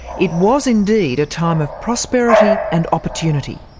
it was indeed a time of prosperity and opportunity.